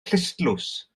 clustdlws